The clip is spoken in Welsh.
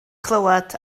clywed